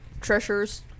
treasures